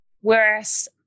whereas